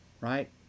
right